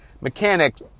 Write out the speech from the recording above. mechanics